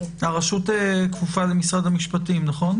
הרשות כפופה למשרד המשפטים, נכון?